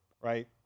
right